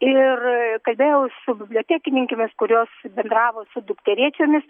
ir kalbėjau su bibliotekininkėmis kurios bendravo su dukterėčiomis